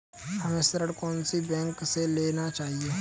हमें ऋण कौन सी बैंक से लेना चाहिए?